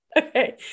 Okay